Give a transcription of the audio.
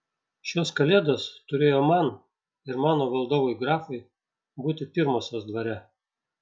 šios kalėdos turėjo man ir mano valdovui grafui būti pirmosios dvare